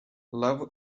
love